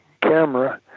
camera